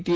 T